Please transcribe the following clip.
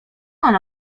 ona